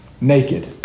Naked